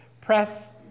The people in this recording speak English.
press